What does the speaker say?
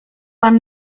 pan